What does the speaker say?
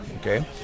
Okay